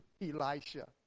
Elisha